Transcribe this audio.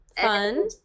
Fun